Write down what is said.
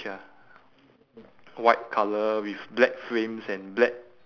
in front the one on the left bottom left of the picture there is this uh